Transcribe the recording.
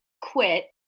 quit